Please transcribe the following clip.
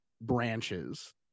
branches